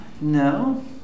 no